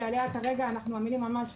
שעליה כרגע אנחנו עמלים,